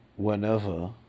Whenever